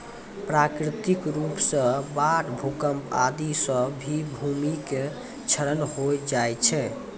प्राकृतिक रूप सॅ बाढ़, भूकंप आदि सॅ भी भूमि के क्षरण होय जाय छै